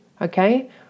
Okay